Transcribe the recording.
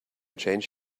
change